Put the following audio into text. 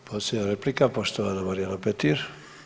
I posljednja replika poštovana Marijana Petir.